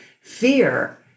fear